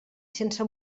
sense